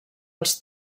els